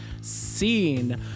scene